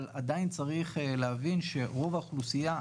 אבל עדיין צריך להבין שרוב האוכלוסייה,